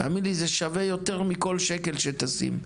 תאמין לי, זה שווה יותר מכל שקל שתשים.